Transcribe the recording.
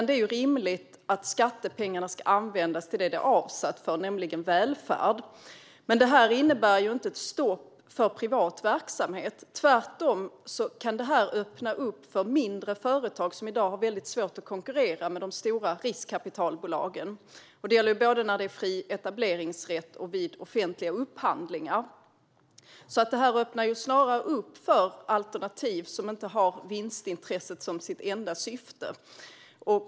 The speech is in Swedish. Det är rimligt att skattepengarna ska användas till det som de är avsedda för, nämligen välfärd. Det här innebär heller inget stopp för privat verksamhet. Tvärtom kan det öppna upp för mindre företag som i dag har väldigt svårt att konkurrera med de stora riskkapitalbolagen. Det gäller både när det är fri etableringsrätt och vid offentliga upphandlingar. Detta öppnar alltså snarare för alternativ som inte har vinstintresset som sitt enda syfte.